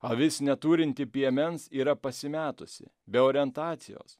avis neturinti piemens yra pasimetusi be orientacijos